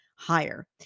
Higher